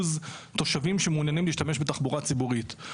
תושבים שמעוניינים להשתמש בתחבורה ציבורית.